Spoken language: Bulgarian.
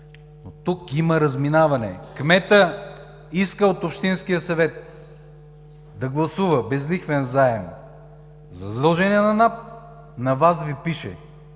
има разминаване. Кметът иска от общинския съвет да гласува безлихвен заем за задължение към НАП, на Вас Ви пише,